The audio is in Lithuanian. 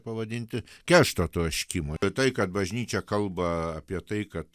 pavadinti keršto troškimą tai kad bažnyčia kalba apie tai kad